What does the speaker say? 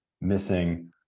missing